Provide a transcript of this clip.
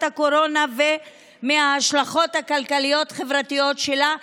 הקורונה ומההשלכות הכלכליות-חברתיות שלה,